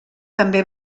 també